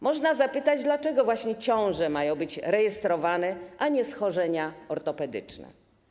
Można zapytać: Dlaczego właśnie ciąże mają być rejestrowane, a nie schorzenia ortopedyczne?